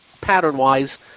pattern-wise